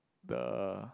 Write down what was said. the